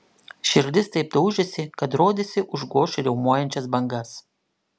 širdis taip daužėsi kad rodėsi užgoš riaumojančias bangas